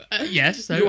Yes